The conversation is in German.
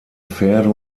pferde